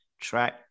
track